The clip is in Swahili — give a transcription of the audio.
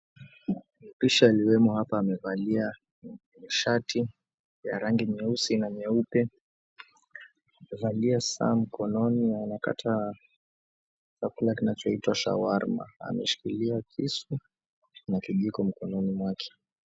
Mpishi amesmama hapa amevalia shati ya rangi nyusi na nyeupe amevalia saa mkononi anakata chakula kinacho itwa shawarma ameshikilia kisu na kijiko mikonooni mwake.